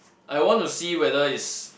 I want to see whether is